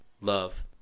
love